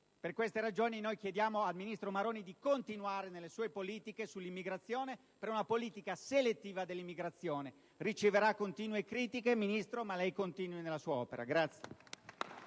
Per queste ragioni chiediamo al ministro Maroni di continuare nelle sue politiche sull'immigrazione e nella politica selettiva dell'immigrazione. Riceverà continue critiche, Ministro, ma lei continui nella sua opera!